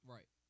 Right